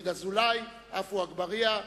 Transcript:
הרי אין פה,